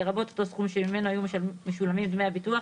לרבות אותו סכום שממנו היו משולמים דמי הביטוח